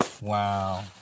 wow